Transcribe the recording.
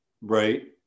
right